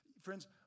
Friends